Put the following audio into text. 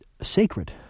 sacred